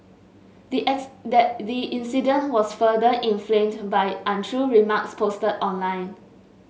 the the incident was further inflamed by untrue remarks posted online